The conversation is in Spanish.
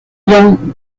ion